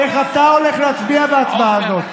איך אתה הולך להצביע בהצבעה הזאת.